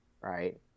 right